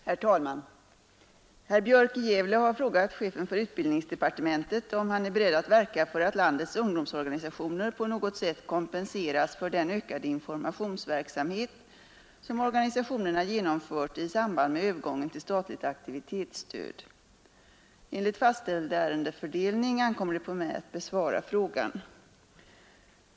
Herr talman! Herr Björk i Gävle har frågat chefen för utbildningsdepartementet om han är beredd att verka för att landets ungdomsorganisationer på något sätt kompenseras för den ökade informationsverksamhet, som organisationerna genomfört i samband med övergången till statligt aktivitetsstöd. Enligt fastställd ärendefördelning ankommer det på mig att besvara frågan.